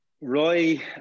Roy